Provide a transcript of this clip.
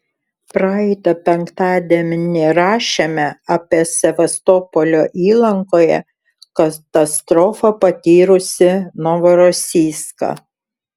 praeitą penktadienį rašėme apie sevastopolio įlankoje katastrofą patyrusį novorosijską